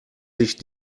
sich